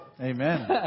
Amen